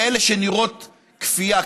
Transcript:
כאלה שנראות כפייה,